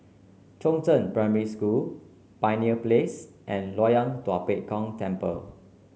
Chongzheng Primary School Pioneer Place and Loyang Tua Pek Kong Temple